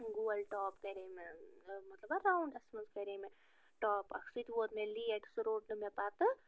گول ٹاپ کَرے مےٚ مطلبا راوُنٛڈس منٛز کرے مےٚ ٹاپ اکھ سُہ تہِ ووت مےٚ لیٹ سُہ روٚٹ نہٕ مےٚ پتہٕ